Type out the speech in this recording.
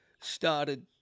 started